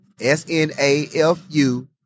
S-N-A-F-U